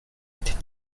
était